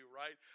right